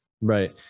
Right